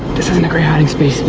this isn't a great hiding so